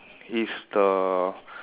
is the